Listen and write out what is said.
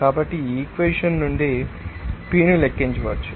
కాబట్టి ఈ ఈక్వెషన్ నుండి P ను లెక్కించవచ్చు